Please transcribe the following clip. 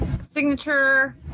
signature